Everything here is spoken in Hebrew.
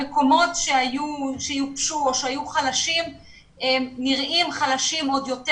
המקומות שיובשו או שהיו חלשים נראים חלשים עוד יותר